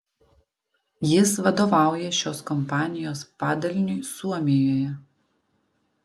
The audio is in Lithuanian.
jis vadovauja šios kompanijos padaliniui suomijoje